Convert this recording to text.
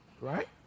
Right